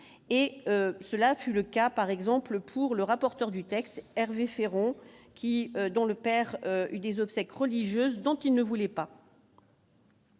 et cela fut le cas par exemple pour le rapporteur du texte, Hervé Féron, qui, dont le père des obsèques religieuses dont il ne voulait pas.